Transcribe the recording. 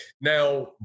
Now